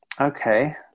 Okay